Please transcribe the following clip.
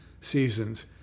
seasons